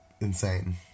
insane